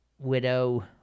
Widow